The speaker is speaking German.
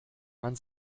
man